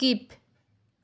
skip